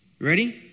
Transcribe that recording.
Ready